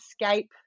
escape